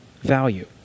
value